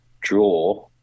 draw